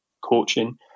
coaching